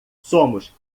somos